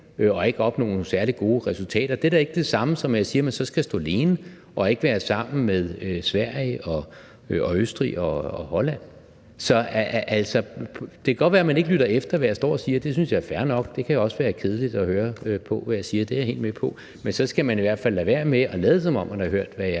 og ikke opnå nogle særlig gode resultater. Det er da ikke det samme som, at jeg siger, at man så skal stå alene og ikke være sammen med Sverige og Østrig og Holland. Så altså, det kan godt være, man ikke lytter efter, hvad jeg står og siger, og det synes jeg er fair nok – det kan jo også være kedeligt at høre på, hvad jeg siger; det er jeg helt med på – men så skal man i hvert fald lade være med at lade, som om man har hørt, hvad jeg